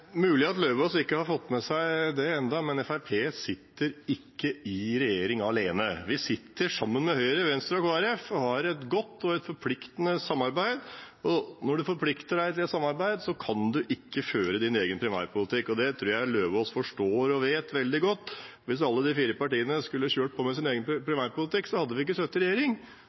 mulig at representanten Lauvås ikke har fått med seg det ennå, men Fremskrittspartiet sitter ikke i regjering alene. Vi sitter sammen med Høyre, Venstre og Kristelig Folkeparti og har et godt og forpliktende samarbeid, og når man forplikter seg til et samarbeid, kan man ikke kjøre sin egen primærpolitikk. Det tror jeg representanten Lauvås forstår og vet veldig godt. Hvis alle de fire partiene skulle kjørt på med sin egen primærpolitikk, hadde vi ikke sittet i regjering.